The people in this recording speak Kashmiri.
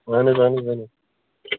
اہن حظ اہن حظ اَہَن حظ